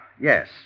yes